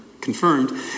confirmed